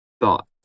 thought